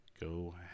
go